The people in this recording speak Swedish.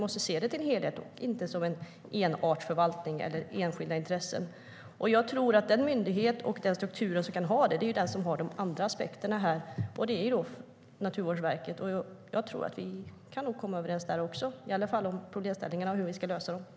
Det är fråga om en helhet och inte en enartsförvaltning eller enskilda intressen. Den myndighet och den struktur som kan ha detta helhetsgrepp är den som tar in de andra aspekterna, nämligen Naturvårdsverket. Vi kan nog komma överens där också, i alla fall om hur problemen ska lösas.